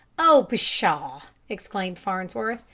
o pshaw! exclaimed farnsworth.